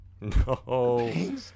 No